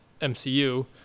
mcu